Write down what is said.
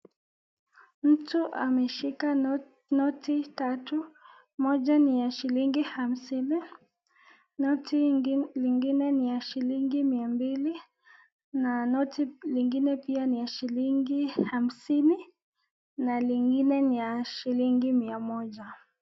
Mtu ameshika noti tatu. Moja ni ya shilingi hamsini, noti lingine ni ya shilingi mia mbili, na noti lingine pia ni ya shilingi hamsini na lingine ni ya shilingi mia moja.